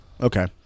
Okay